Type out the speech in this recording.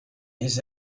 his